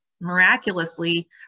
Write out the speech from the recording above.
miraculously